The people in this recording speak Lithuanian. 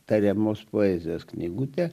tariamos poezijos knygutę